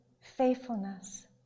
faithfulness